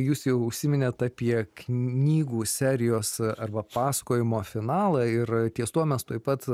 jūs jau užsiminėt apie knygų serijos arba pasakojimo finalą ir ties tuo mes tuoj pat